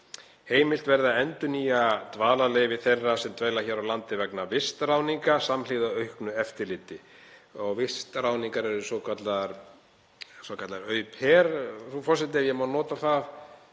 Heimilt verði að endurnýja dvalarleyfi þeirra sem dvelja hér á landi vegna vistráðninga samhliða auknu eftirliti. Vistráðningar eru svokallaðar „au pair“, forseti, ef ég má nota það